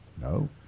No